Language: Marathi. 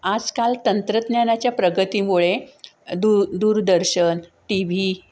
आजकाल तंत्रज्ञानाच्या प्रगतीमुळे दू दूरदर्शन टी व्ही